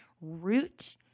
root